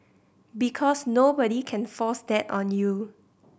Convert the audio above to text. because nobody can force that on you